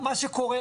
אני שירה ברנד,